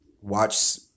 watch